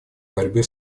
борьбе